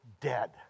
dead